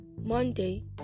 Monday